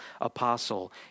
apostle